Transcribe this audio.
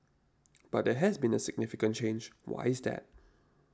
but there has been a significant change why is that